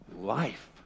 life